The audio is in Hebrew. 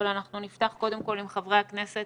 אבל אנחנו נפתח קודם כל עם חברי הכנסת